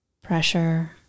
pressure